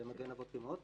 "מגן אבות ואימהות".